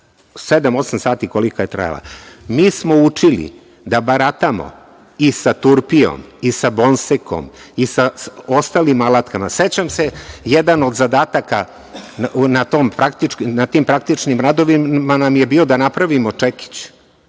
osam sati koliko je trajala, mi smo učili da baratamo i sa turpijom i sa bonsekom i sa ostalim alatkama. Sećam se jedan od zadataka na tim praktičnim radovima nam je bio da napravimo čekić,